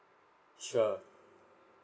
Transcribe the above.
sure